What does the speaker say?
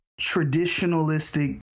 traditionalistic